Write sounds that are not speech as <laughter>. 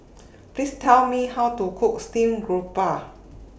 <noise> Please Tell Me How to Cook Steamed Grouper